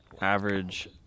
average